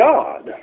God